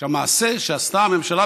שהמעשה שעשתה הממשלה,